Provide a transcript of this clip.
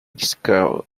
discount